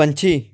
ਪੰਛੀ